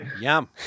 Yum